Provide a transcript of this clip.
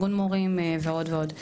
ארגון מורים ועוד ועוד.